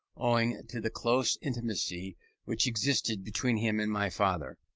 owing to the close intimacy which existed between him and my father.